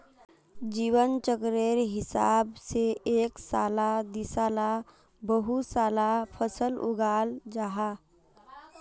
जीवन चक्रेर हिसाब से एक साला दिसाला बहु साला फसल उगाल जाहा